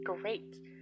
Great